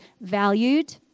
valued